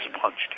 punched